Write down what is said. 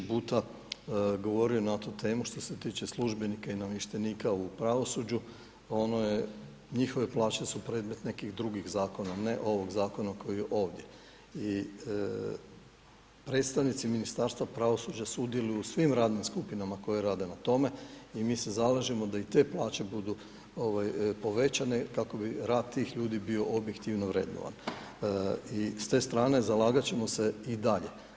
Ja sam više puta govorio na tu temu što se tiče službenika i namještenika u pravosuđu, ono je, njihove plaće su predmet nekih drugih zakona, ne ovog zakona koji je ovdje i predstavnici Ministarstva pravosuđa sudjeluju u svim radnim skupinama koje rade na tome i mi se zalažemo da i te plaće budu povećane kako bi rad tih ljudi bio objektivno vrednovan. i s te strane zalagati ćemo se i dalje.